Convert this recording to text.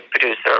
producer